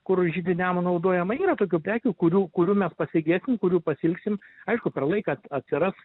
kur židiniam naudojama yra tokių prekių kurių kurių mes pasigesim kurių pasiilgsim aišku per laiką atsiras